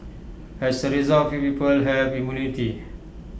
as A result few people have immunity